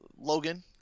Logan